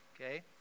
okay